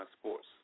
sports